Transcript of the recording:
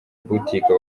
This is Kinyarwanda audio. boutique